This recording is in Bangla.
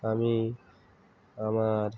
আমি আমার